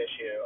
issue